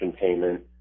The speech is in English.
payment